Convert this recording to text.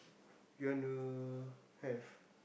you wanna have